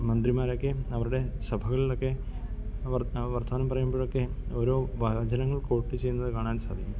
മന്ത്രിമാരൊക്കെ അവരുടെ സഭകളിലൊക്കെ വർത്തമാനം പറയുമ്പോഴൊക്കെ ഓരോ വാചനങ്ങൾക്കോട്ട് ചെയ്യുന്നത് കാണാൻ സാധിക്കും